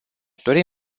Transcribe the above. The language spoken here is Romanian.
dori